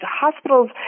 hospitals